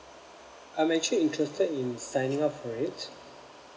I'm actually interested in signing up for it